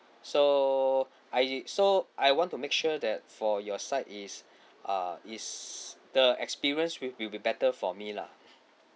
so I so I want to make sure that for your side is uh is the experience wi~ will be better for me lah